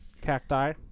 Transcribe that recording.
Cacti